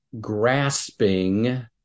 grasping